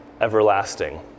everlasting